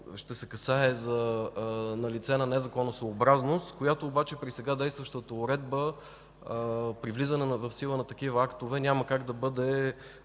ще се касае за налична незаконосъобразност, която обаче при сега действащата уредба при влизане в сила на такива актове, няма как да бъде